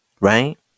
Right